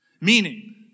Meaning